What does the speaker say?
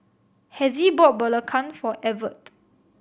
Hezzie bought belacan for Evette